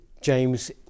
James